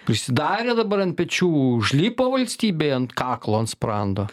prisidarė dabar ant pečių užlipo valstybei ant kaklo ant sprando